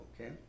Okay